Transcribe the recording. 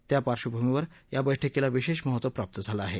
त्या पार्श्वभूमीवर या बैठकीला विशेष महत्त्व प्राप्त झालं आहे